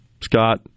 Scott